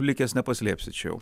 plikės nepaslėpsi čia jau